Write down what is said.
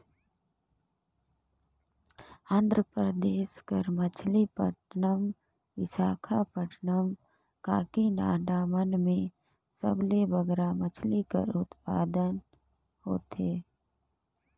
आंध्र परदेस कर मछलीपट्टनम, बिसाखापट्टनम, काकीनाडा मन में सबले बगरा मछरी कर उत्पादन होथे